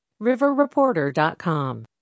riverreporter.com